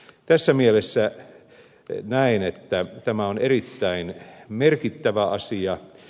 tässä mielessä näen että tämä on erittäin merkittävä asia